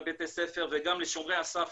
בבתי ספר וגם לשומרי הסף,